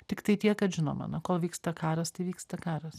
tiktai tiek kad žinoma na kol vyksta karas tai vyksta karas